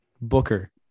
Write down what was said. Booker